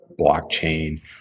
blockchain